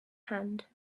hand